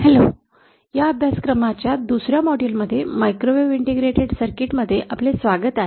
Hello या अभ्यासक्रमाच्या दुसर्या मॉड्यूलमध्ये मायक्रोवेव्ह इंटिग्रेटेड सर्किटमध्ये आपले स्वागत आहे